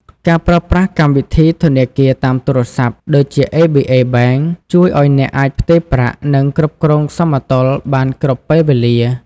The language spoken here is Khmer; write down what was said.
ការប្រើប្រាស់កម្មវិធីធនាគារតាមទូរស័ព្ទ ដូចជា ABA Bank ជួយឱ្យអ្នកអាចផ្ទេរប្រាក់ និងគ្រប់គ្រងសមតុល្យបានគ្រប់ពេលវេលា។